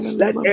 let